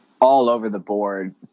all-over-the-board